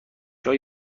های